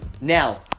Now